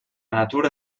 natura